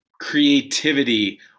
creativity